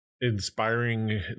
inspiring